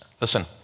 Listen